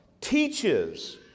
teaches